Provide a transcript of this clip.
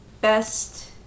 best